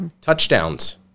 Touchdowns